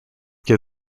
give